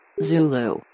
Zulu